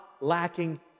lacking